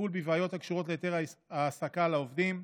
וטיפול בבעיות הקשורות להיתר העסקה לעובדים,